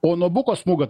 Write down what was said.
o nuo buko smūgio